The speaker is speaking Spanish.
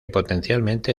potencialmente